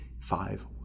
five